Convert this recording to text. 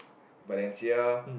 Bethensia